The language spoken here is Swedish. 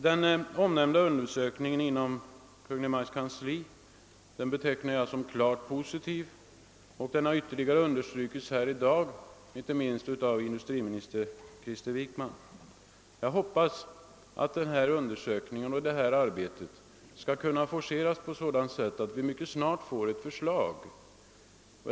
Den nämnda undersökningen inom Kungl. Maj:ts kansli betecknar jag som klart positiv och den har ytterligare understrukits i dag, inte minst av industriminister Wickman. Jag hoppas att undersökningen skall kunna forceras så att ett förslag mycket snart kommer att framläggas.